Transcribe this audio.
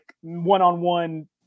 one-on-one